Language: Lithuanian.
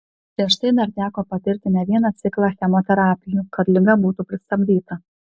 prieš tai dar teko patirti ne vieną ciklą chemoterapijų kad liga būtų pristabdyta